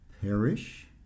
perish